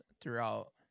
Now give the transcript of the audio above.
throughout